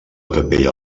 capella